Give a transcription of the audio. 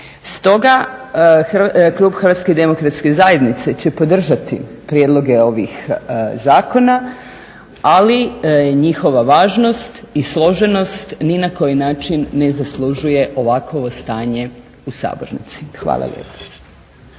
Stoga, klub Hrvatske demokratske zajednice će podržati prijedloge ovih zakona, ali njihova važnost i složenost ni na koji način ne zaslužuje ovakvo stanje u sabornici. Hvala lijepa.